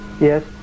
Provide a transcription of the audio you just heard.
Yes